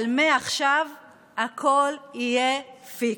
אבל מעכשיו הכול יהיה פיקס.